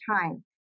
time